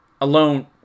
alone